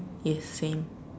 yes same